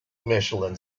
michelin